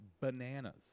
bananas